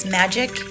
magic